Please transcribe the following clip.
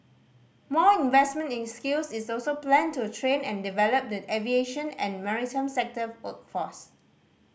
more investment in skills is also planned to train and develop the aviation and maritime sector workforce